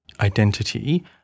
identity